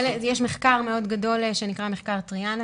יש מחקר מאוד גדול שנקרא מחקר טריאנה,